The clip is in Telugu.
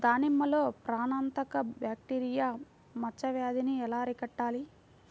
దానిమ్మలో ప్రాణాంతక బ్యాక్టీరియా మచ్చ వ్యాధినీ ఎలా అరికట్టాలి?